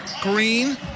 Green